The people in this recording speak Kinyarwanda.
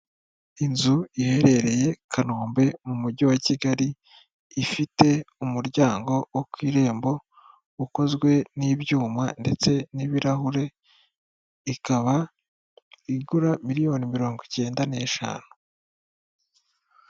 Inzu iherereye kanombe mu mujyi wa kigali ifite umuryango wo ku irembo ukozwe n'ibyuma ndetse n'ibirahure, ikaba igura miliyoni mirongo icyenda nshanu.